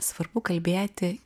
svarbu kalbėti